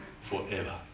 forever